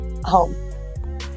Home